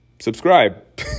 subscribe